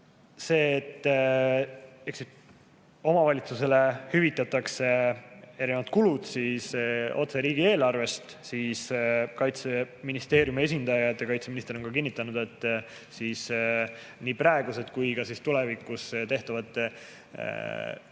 see, et omavalitsustele hüvitatakse erinevad kulutused otse riigieelarvest ning Kaitseministeeriumi esindajad ja kaitseminister on kinnitanud, et nii praeguseid kui ka tulevikus tehtavaid suurendatud